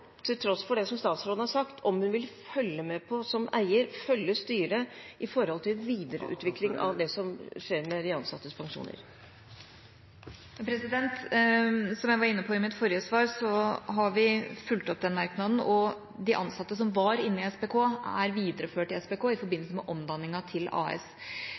om hun som eier vil følge opp styret når det gjelder videre utvikling og hva som skjer med de ansattes pensjoner. Som jeg var inne på i mitt forrige svar, har vi fulgt opp den merknaden, og de ansatte som var i Statens pensjonskasse, SPK, er videreført i SPK i forbindelse med omdanningen til AS.